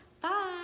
Bye